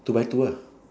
two by two ah